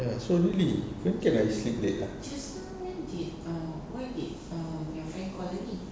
ya so really when can I sleep late ah